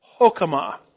Hokama